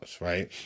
Right